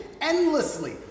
endlessly